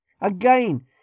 Again